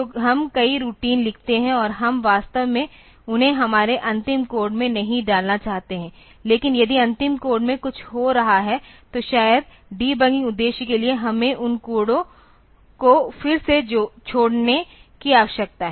तो हम कई रूटीन लिखते हैं और हम वास्तव में उन्हें हमारे अंतिम कोड में नहीं डालना चाहते हैं लेकिन यदि अंतिम कोड में कुछ हो रहा है तो शायद डिबगिंग उद्देश्य के लिए हमें उन कोडों को फिर से छोड़ने की आवश्यकता है